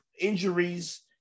Injuries